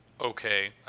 okay